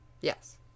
yes